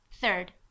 Third